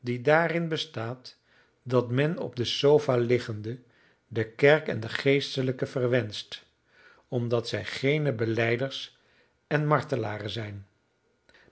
die daarin bestaat dat men op de sofa liggende de kerk en de geestelijken verwenscht omdat zij geene belijders en martelaren zijn